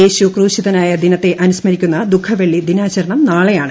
യേശു ക്രൂശിതനായ ദിനത്തെ അനുസ്മരിക്കുന്ന ദുഃഖവെള്ളി ദിനാചരണം നാളെയാണ്